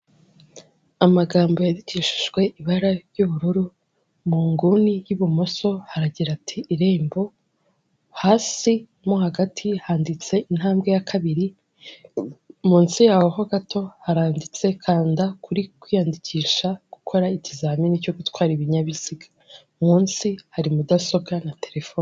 Amagambo yandikishijwe ibara ry'ubururu mu nguni y'ibumoso aragira ati irembo, hasi nko hagati handitse intambwe ya kabiri, munsi yaho ho gato haranditse kanda kuri kwiyandikisha gukora ikizamini cyo gutwara ibinyabiziga munsi hari mudasobwa na telefone.